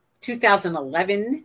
2011